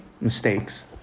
mistakes